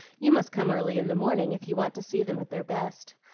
you must come early in the morning if you want to see them at their best.